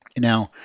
now,